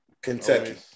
Kentucky